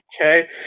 Okay